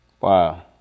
Wow